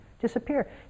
disappear